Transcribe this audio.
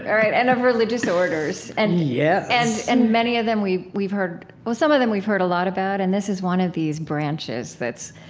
right? and of religious orders, and yeah yes and many of them, we've we've heard well some of them, we've heard a lot about. and this is one of these branches that's,